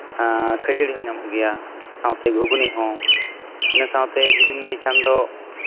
ᱠᱷᱟᱹᱡᱟᱲᱤ ᱦᱚᱸ ᱧᱟᱢᱚᱜ ᱜᱮᱭᱟ ᱥᱟᱶᱛᱮ ᱜᱷᱩᱱᱜᱽᱱᱤ ᱦᱚᱸ ᱤᱱᱟᱹ ᱥᱟᱶᱛᱮ ᱡᱩᱫᱤᱢ ᱞᱟᱹᱭ ᱠᱷᱟᱱ ᱫᱚ